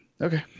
okay